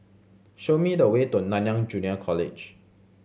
show me the way to Nanyang Junior College